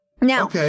Now